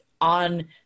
on